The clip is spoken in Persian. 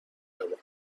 روم